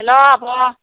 हेल' आब'